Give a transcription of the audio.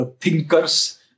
thinkers